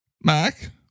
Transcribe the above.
Mac